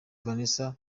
vanessa